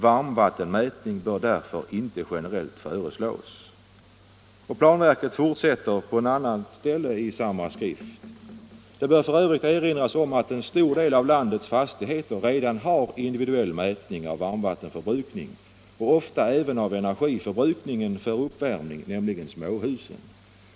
Varmvattenmätning bör därför inte generellt föreslås.” Planverket fortsätter på ett annat ställe i samma skrift: ”Det bör för övrigt erinras om att en stor del av landets fastigheter redan har individuell mätning av varmvattenförbrukningen och ofta även av energiförbrukningen för uppvärmning, nämligen småhusen.